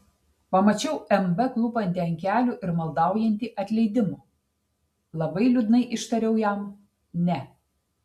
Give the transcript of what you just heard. pamačiau mb klūpantį ant kelių ir maldaujantį atleidimo labai liūdnai ištariau jam ne